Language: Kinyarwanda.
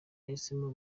nahisemo